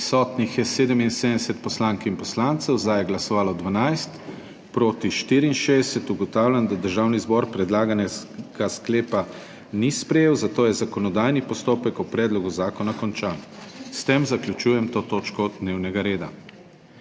za je glasovalo 12, proti 64. (Za je glasovalo 12.) (Proti 64.) Ugotavljam, da Državni zbor predlaganega sklepa ni sprejel, zato je zakonodajni postopek o predlogu zakona končan. S tem zaključujem to točko dnevnega reda.